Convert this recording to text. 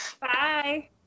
Bye